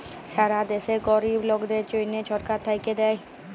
ছারা দ্যাশে গরিব লকদের জ্যনহ ছরকার থ্যাইকে দ্যায়